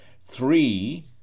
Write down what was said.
three